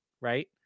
right